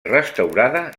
restaurada